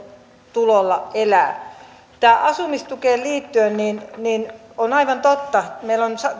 tulolla elää tähän asumistukeen liittyen on aivan totta että meillä on